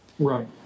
Right